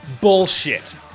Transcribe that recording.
Bullshit